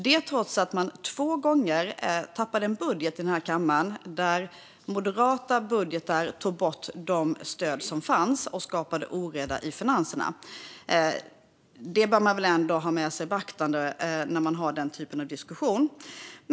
Detta trots att man två gånger tappade en budget i denna kammare och moderata budgetar tog bort de stöd som fanns och skapade oreda i finanserna. Det bör ändå tas i beaktande i den typen av diskussion.